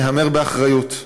להמר באחריות.